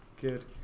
good